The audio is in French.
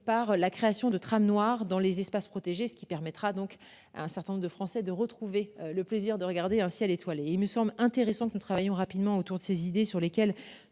par la création de tram noir dans les espaces protégés. Ce qui permettra donc un certain nombre de Français de retrouver le plaisir de regarder un ciel étoilé, il me semble intéressant que nous travaillons rapidement autour de ces idées sur lesquelles